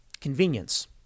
Convenience